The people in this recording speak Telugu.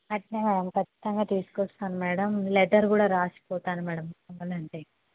అట్లనే మ్యాడమ్ ఖచ్చితంగా తీసుకు వస్తాను మ్యాడమ్ లెటర్ కూడా రాసిపోతాను మ్యాడమ్ కావాలంటే